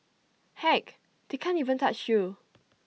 heck they can't even touch you